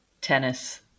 tennis